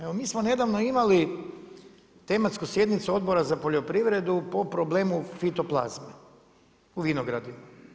Evo mi smo nedavno imali tematsku sjednicu Odbora za poljoprivredu po problemu fitoplazme u vinogradima.